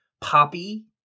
poppy